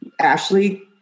Ashley